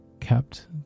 kept